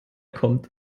kommt